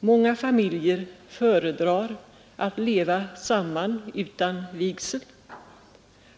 Många familjer föredrar att leva samman utan vigsel.